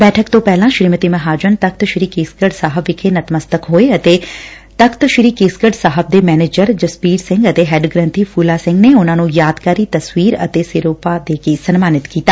ਬੈਠਕ ਤੋਂ ਪਹਿਲਾਂ ਸ੍ਰੀਮਤੀ ਮਹਾਜਨ ਤਖ਼ਤ ਸ੍ਰੀ ਕੇਸਗੜ ਸਾਹਿਬ ਵਿਖੇ ਨਤਮਸਤਕ ਹੋਏ ਅਤੇ ਤਖ਼ਤ ਸ੍ਰੀ ਕੇਸਗੜ ਸਾਹਿਬ ਦੇ ਮੈਨੇਜਰ ਜਸਬੀਰ ਸਿੰਘ ਅਤੇ ਹੈੱਡ ਗ੍ੰਬੀ ਫੁਲਾ ਸਿੰਘ ਨੇ ਉਨਾਂ ਨੰ ਯਾਦਗਾਰੀ ਤਸਵੀਰ ਅਤੇ ਸਿਰੋਪਾ ਦੇ ਕੇ ਸਨਮਾਨਿਤ ਕੀਤਾ